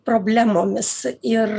problemomis ir